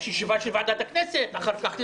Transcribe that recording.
יש ישיבה של ועדת הכנסת ואחר כך למליאה.